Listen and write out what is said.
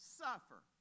suffer